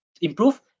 improve